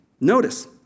Notice